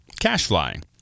CashFly